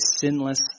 sinless